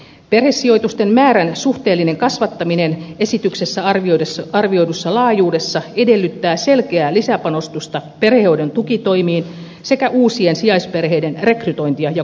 perhesijoitusten määrän suhteellinen kasvattaminen esityksessä arvioidussa laajuudessa edellyttää selkeää lisäpanostusta perhehoidon tukitoimiin sekä uusien sijaisperheiden rekrytointia ja koulutusta